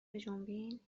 بجنبین